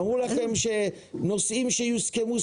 אמרו לכם שנושאים שיוסכמו,